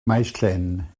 maesllyn